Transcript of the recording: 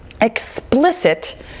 explicit